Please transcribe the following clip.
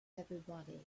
everybody